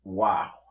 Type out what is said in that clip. Wow